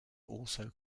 also